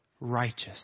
righteous